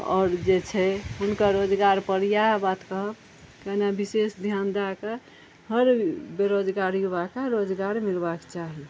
आओर जे छै हुनकर रोजगार पर इएह बात कहब कने बिशेष ध्यान दए कए हर बेरोजगार युवा कए रोजगार मिलबाक चाही